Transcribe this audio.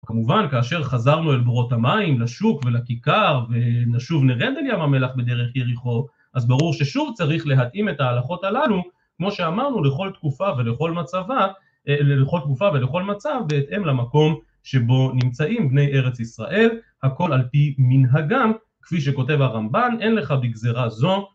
כמובן כאשר חזרנו אל בארות המים, לשוק ולכיכר, ונשוב נרד אל ים המלח בדרך יריחו, אז ברור ששוב צריך להתאים את ההלכות הללו, כמו שאמרנו, לכל תקופה ולכל מצב בהתאם למקום שבו נמצאים בני ארץ ישראל, הכל על פי מנהגם, כפי שכותב הרמב"ן, אין לך בגזרה זו